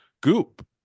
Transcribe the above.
Goop